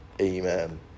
Amen